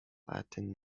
latin